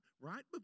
right